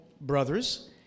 brothers